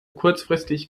kurzfristig